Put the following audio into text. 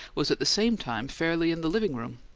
was at the same time fairly in the living-room,